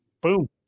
Boom